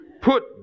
put